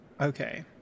Okay